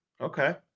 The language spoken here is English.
Okay